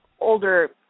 older